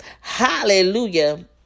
Hallelujah